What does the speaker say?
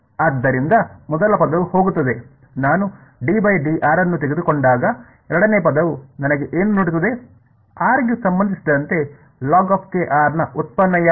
ಆದ್ದರಿಂದ ಮೊದಲ ಪದವು ಹೋಗುತ್ತದೆ ನಾನು ಅನ್ನು ತೆಗೆದುಕೊಂಡಾಗ ಎರಡನೆಯ ಪದವು ನನಗೆ ಏನು ನೀಡುತ್ತದೆ r ಗೆ ಸಂಬಂಧಿಸಿದಂತೆ ನ ಉತ್ಪನ್ನ ಯಾವುದು